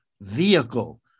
vehicle